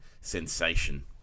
sensation